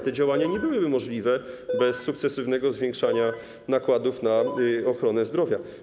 Te działania nie byłyby możliwe bez sukcesywnego zwiększania nakładów na ochronę zdrowia.